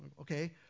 Okay